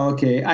Okay